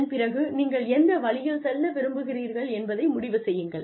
அதன் பிறகு நீங்கள் எந்த வழியில் செல்ல விரும்புகிறீர்கள் என்பதை முடிவு செய்யுங்கள்